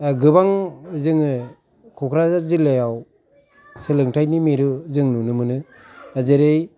गोबां जोङो क'क्राझार जिल्लायाव सोलोंथायनि मिरु जों नुनो मोनो जेरै